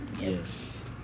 Yes